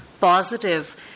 positive